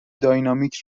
دینامیک